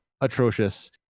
atrocious